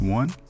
one